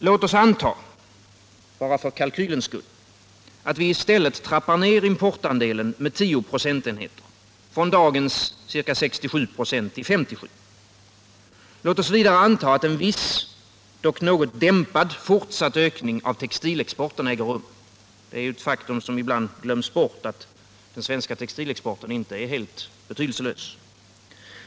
Låt oss anta, bara för kalkylens skull, att vi i stället trappar ned importandelen med 10 procentenheter, från dagens ca 67 96 till 57. Låt oss vidare anta att en viss — dock något dämpad — fortsatt ökning av textilimporten äger rum. Det är ett faktum, som ibland glöms bort, att den svenska textilexporten inte är helt betydelselös.